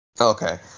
Okay